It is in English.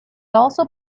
also